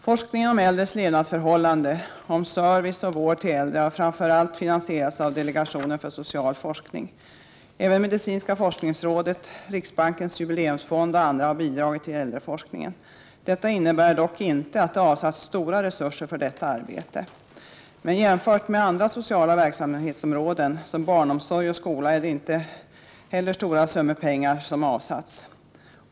Forskningen om äldres levnadsförhållanden och om service och vård till äldre har framför allt finansierats av delegationen för social forskning. Även medicinska forskningsrådet, riksbankens jubileumsfond och andra har bidragit till äldreforskningen. Detta innebär dock inte att det avsatts stora resurser för detta arbete. Men jämfört med andra sociala verksamhetsområden som barnomsorg och skola är det inte stora summor pengar som avsatts.